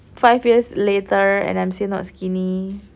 five years later and I'm still not skinny